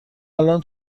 الان